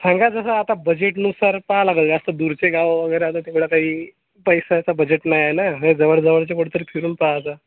सांगा जसं आता बजेटनुसार पाहा लागंल जास्त दूरचे गाव वगैरे आता तेवढा काही पैशाचा बजेट नाही आहे ना हे जवळ जवळचे कुठंतरी फिरून पाहायचा